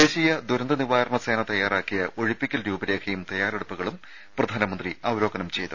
ദേശീയ ദുരന്ത നിവാരണ സേന തയാറാക്കിയ ഒഴിപ്പിക്കൽ രൂപരേഖയും തയാറെടുപ്പുകളും പ്രധാനമന്ത്രി അവലോകനം ചെയ്തു